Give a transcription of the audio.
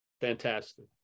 fantastic